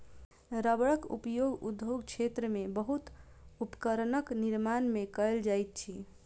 रबड़क उपयोग उद्योग क्षेत्र में बहुत उपकरणक निर्माण में कयल जाइत अछि